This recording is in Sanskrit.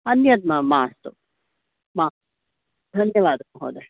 अन्यद् मास्तु मास्तु धन्यवादः